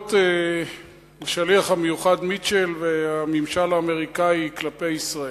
התבטאויות השליח המיוחד מיטשל והממשל האמריקני כלפי ישראל.